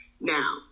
Now